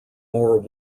more